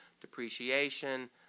depreciation